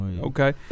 Okay